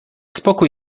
spokój